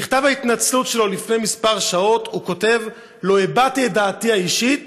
במכתב ההתנצלות שלו לפני כמה שעות הוא כותב: לא הבעתי את דעתי האישית,